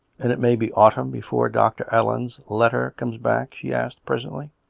and it may be autumn before dr. allen's letter comes back? she asked presently.